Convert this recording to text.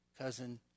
cousin